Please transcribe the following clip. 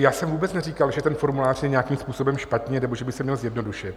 Já jsem vůbec neříkal, že ten formulář je nějakým způsobem špatně nebo že by se měl zjednodušit.